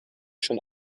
schon